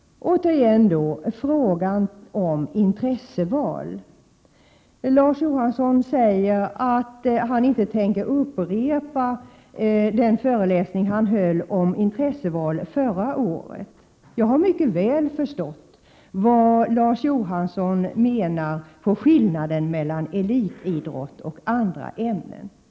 Återigen kommer frågan om intresseval upp. Larz Johansson säger att han inte tänker upprepa den föreläsning han höll om intresseval förra året. Jag har mycket väl förstått vad Larz Johansson menar med skillnaden mellan elitidrott och andra ämnen.